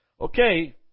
Okay